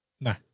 No